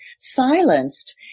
silenced